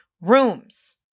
rooms